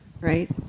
right